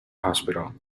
hospital